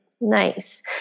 Nice